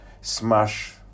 smash